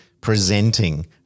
presenting